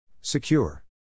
Secure